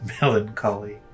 melancholy